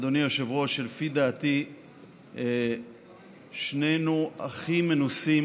אדוני היושב-ראש, שלפי דעתי שנינו הכי מנוסים